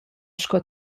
sco